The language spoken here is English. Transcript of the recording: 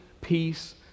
peace